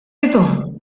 ditu